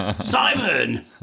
Simon